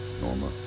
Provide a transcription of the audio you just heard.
Norma